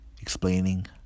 Explaining